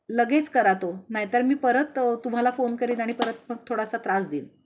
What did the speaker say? लगेच करा तो नाहीतर मी परत तुम्हाला फोन करीन आणि परत मग थोडासा त्रास देईन